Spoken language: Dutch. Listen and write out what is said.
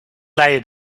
leien